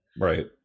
Right